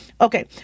Okay